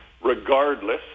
regardless